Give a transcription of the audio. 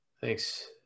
Thanks